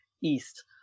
east